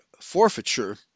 Forfeiture